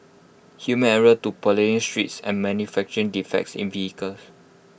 human error to potholed streets and manufacturing defects in vehicles